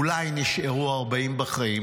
אולי נשארו 40 בחיים.